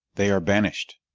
they are banish'd.